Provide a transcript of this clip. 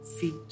feet